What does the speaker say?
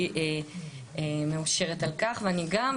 והיא מאושרת על כך ואני גם.